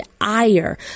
ire